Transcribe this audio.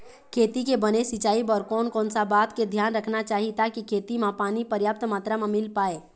खेती के बने सिचाई बर कोन कौन सा बात के धियान रखना चाही ताकि खेती मा पानी पर्याप्त मात्रा मा मिल पाए?